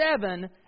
seven